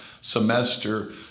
semester